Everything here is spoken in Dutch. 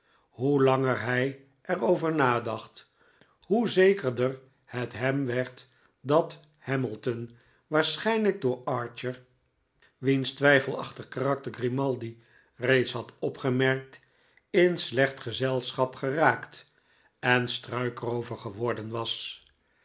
hoe langer hij er over nadacht hoe zekerder het hem werd dat hamilton waarschijnlijk door archer wiens twijfelachig karakter grimaldi reeds had opgemerkt in slecht gezelschap geraakt en struikroover geworden was